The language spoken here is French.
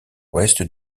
ouest